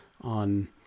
On